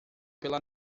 pela